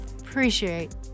appreciate